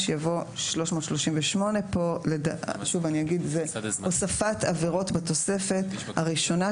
יבוא 338. פה זה הוספת עבירות בתוספת הראשונה,